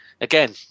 again